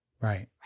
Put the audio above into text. Right